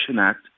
Act